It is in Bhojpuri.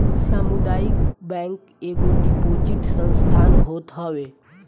सामुदायिक बैंक एगो डिपोजिटरी संस्था होत हवे